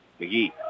McGee